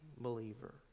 believer